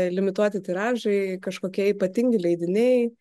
limituoti tiražai kažkokie ypatingi leidiniai